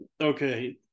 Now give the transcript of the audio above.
okay